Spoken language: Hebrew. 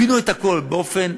פינו את הכול באופן,